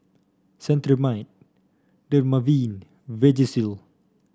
Cetrimide Dermaveen Vagisil